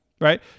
right